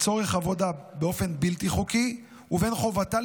לצורך עבודה באופן בלתי חוקי ובין חובתה